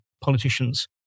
politicians